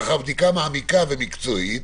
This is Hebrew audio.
לאחר בדיקה מעמיקה ומקצועית,